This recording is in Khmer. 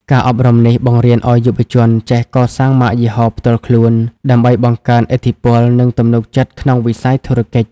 ការអប់រំនេះបង្រៀនឱ្យយុវជនចេះ "កសាងម៉ាកយីហោផ្ទាល់ខ្លួន" ដើម្បីបង្កើនឥទ្ធិពល និងទំនុកចិត្តក្នុងវិស័យធុរកិច្ច។